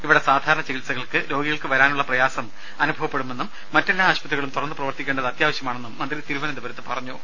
ഇവിടെ സാധാരണ ചികിത്സകൾക്ക് രോഗികൾക്ക് വരാനുള്ള പ്രയാസം അനുഭവപ്പെടുമെന്നും മറ്റെല്ലാ ആശുപത്രികളും തുറന്ന് പ്രവർത്തിക്കേണ്ടത് അത്യാവശ്യമാണെന്നും മന്ത്രി തിരുവന്തപുരത്ത് പറഞ്ഞു